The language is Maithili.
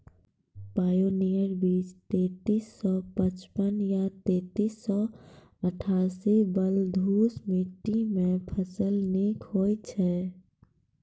पायोनियर बीज तेंतीस सौ पचपन या तेंतीस सौ अट्ठासी बलधुस मिट्टी मे फसल निक होई छै?